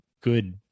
good